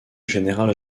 général